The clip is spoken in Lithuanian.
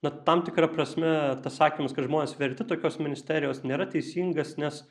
na tam tikra prasme tas sakymas kad žmonės verti tokios ministerijos nėra teisingas nes